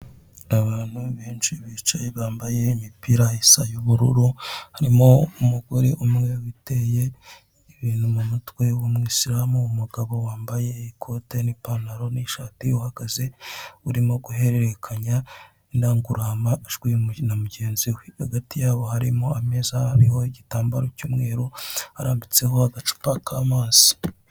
Abantu benshi bicaye bambaye imipira isa y'ubururu harimo umugore umwe witeye ibintu mu mutwe w'umuyisilamu, umugabo wambaye ikote n'ipantaro n'ishati uhagaze urimo guhererekanya indangururamajwi na mugenzi we, hagati yabo harimo ameza abiho igitambaro cy'umweru arambitseho agacupa k'amazi.